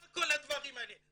מה כל הדברים האלה?